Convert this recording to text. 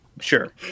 Sure